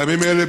בימים האלה,